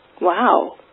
Wow